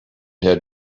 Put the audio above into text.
had